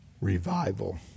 revival